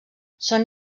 són